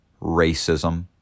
racism